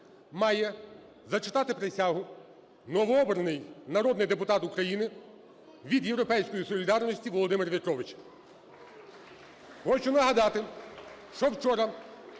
має зачитати присягу новообраний народний депутат України від "Європейської солідарності" Володимир В'ятрович. Хочу нагадати, що вчора